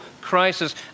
crisis